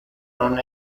non